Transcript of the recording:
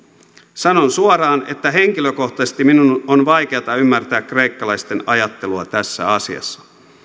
sanon suoraan että henkilökohtaisesti minun on vaikeata ymmärtää kreikkalaisten ajattelua tässä asiassa